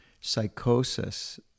psychosis